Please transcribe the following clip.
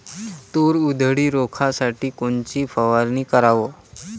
तूर उधळी रोखासाठी कोनची फवारनी कराव?